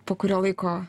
po kurio laiko